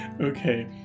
Okay